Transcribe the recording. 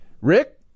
Rick